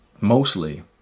mostly